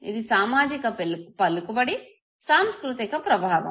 ఇది సామాజిక పలుకుబడి సాంస్కృతిక ప్రభావం